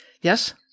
Yes